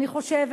אני חושבת,